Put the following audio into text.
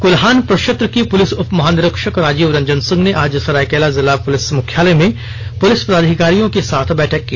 कोल्हान प्रक्षेत्र के पुलिस उप महानिरिक्षक राजीव रंजन सिंह ने आज सरायकेला जिला पुलिस मुख्यालय में पुलिस पदाधिकारियों के साथ बैठक की